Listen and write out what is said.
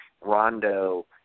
Rondo